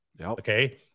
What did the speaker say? Okay